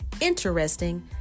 interesting